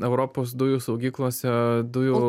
europos dujų saugyklose dujų